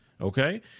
Okay